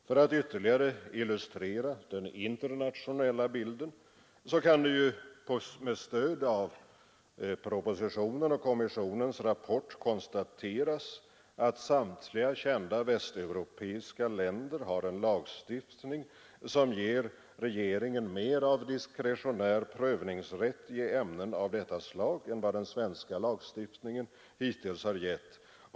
För att ytterligare belysa den internationella bilden kan det ju med stöd av propositionen och kommissionens rapport konstateras, att samtliga västeuropeiska länder har en lagstiftning som ger regeringen mer av diskretionär prövningsrätt i ämnen av detta slag än vad den svenska lagstiftningen hittills har gett.